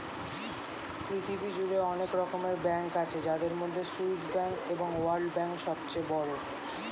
পৃথিবী জুড়ে অনেক রকমের ব্যাঙ্ক আছে যাদের মধ্যে সুইস ব্যাঙ্ক এবং ওয়ার্ল্ড ব্যাঙ্ক সবচেয়ে বড়